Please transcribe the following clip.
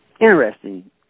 interesting